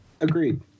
agreed